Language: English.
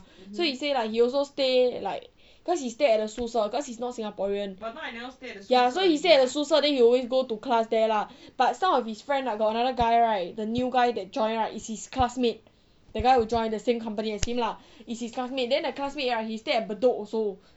so he say like you also stay like cause he stay at the 宿舍 cause he is not singaporean so he stay at the 宿舍 then always go to class there lah but some of his friend right got another guy right the new guy that join right is his classmate the guy who join the same company as him lah is his classmate then the classmate right he stay at bedok also